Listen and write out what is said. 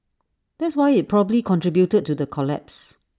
that's why IT probably contributed to the collapse